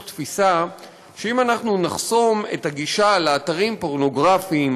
תפיסה שאם אנחנו נחסום את הגישה לאתרים פורנוגרפיים,